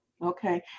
Okay